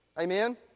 Amen